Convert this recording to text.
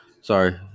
sorry